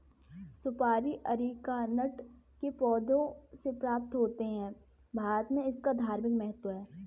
सुपारी अरीकानट के पौधों से प्राप्त होते हैं भारत में इसका धार्मिक महत्व है